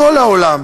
כל העולם,